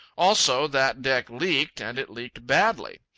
also, that deck leaked, and it leaked badly.